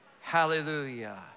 hallelujah